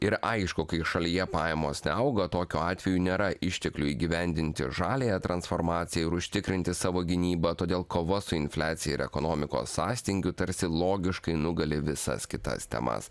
ir aišku kai šalyje pajamos neauga tokiu atveju nėra išteklių įgyvendinti žaliąją transformaciją ir užtikrinti savo gynybą todėl kova su infliacija ir ekonomikos sąstingiu tarsi logiškai nugali visas kitas temas